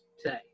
today